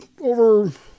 over